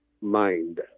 mind